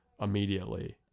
immediately